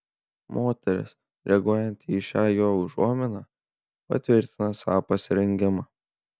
moteris reaguojanti į šią jo užuominą patvirtina savo pasirengimą